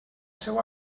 seua